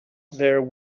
there